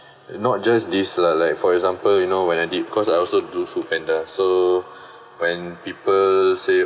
not just this lah like for example you know when I did because I also do foodpanda so when people say